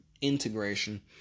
integration